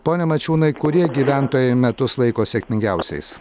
pone mačiūnai kurie gyventojai metus laiko sėkmingiausiais